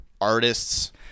artists